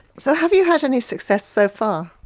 so have you had any success so far?